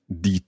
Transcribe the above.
Die